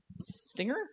stinger